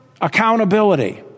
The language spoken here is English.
accountability